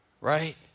right